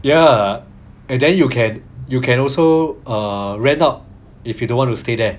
ya and then you can you can also err rent out if you don't want to stay there